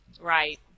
Right